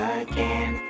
again